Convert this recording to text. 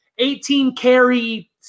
18-carry